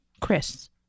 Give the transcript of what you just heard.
Chris